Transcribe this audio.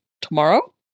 tomorrow